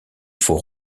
faut